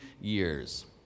years